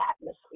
atmosphere